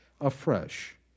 afresh